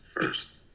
first